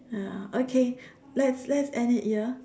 ya okay let's let's end it here